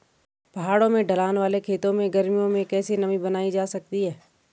पहाड़ों में ढलान वाले खेतों में गर्मियों में कैसे नमी बनायी रखी जा सकती है?